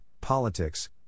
politics